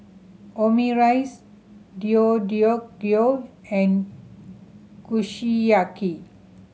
Omurice Deodeok Gui and Kushiyaki